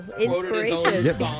Inspiration